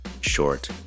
short